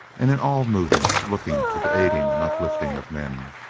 and in all movements looking to the aiding and uplifting of men.